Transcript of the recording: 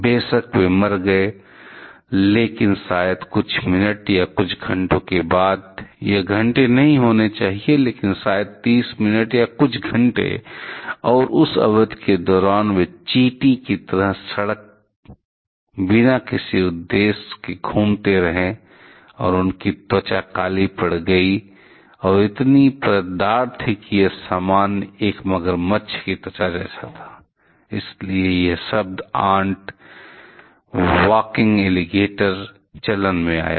बेशक वे मर गए लेकिन शायद कुछ मिनट या कुछ घंटों के बाद यह घंटे नहीं होना चाहिए लेकिन शायद 30 मिनट या कुछ घंटे और उस अवधि के दौरान वे चींटी की तरह सड़क बिना किसी उद्देश्य के घूमते रहे और उनकी त्वचा काली पड़ गई थी और वह इतनी परतदार थी कि यह एक मगरमच्छ की त्वचा जैसा था इसीलिए यह शब्द आंट वाकिंग एलिगेटर चलन में आया